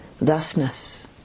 thusness